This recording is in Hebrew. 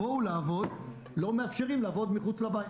לא מאפשרים לעבוד מחוץ לעבודה.